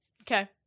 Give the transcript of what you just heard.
Okay